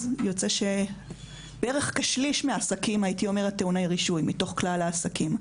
שמהווים בערך כשליש מתוך כלל העסקים,